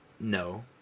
no